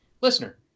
listener